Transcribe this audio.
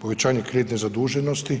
Povećanje kreditne zaduženosti